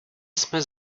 jsme